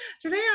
today